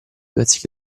pezzi